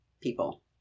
people